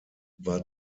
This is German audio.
war